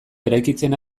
eraikitzen